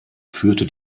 führte